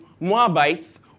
Moabites